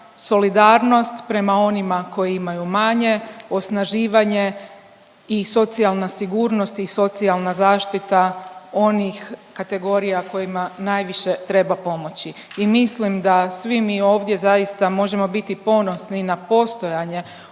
solidarnost prema onima koji imaju manje, osnaživanje i socijalna sigurnost i socijalna zaštita onih kategorija kojima najviše treba pomoći. I mislim da svi mi ovdje zaista možemo biti ponosni na postojanje